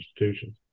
institutions